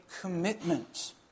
commitment